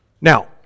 Now